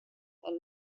and